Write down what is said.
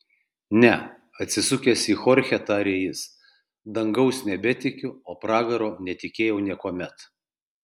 ne atsisukęs į chorchę tarė jis dangaus nebetikiu o pragaro netikėjau niekuomet